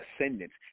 ascendants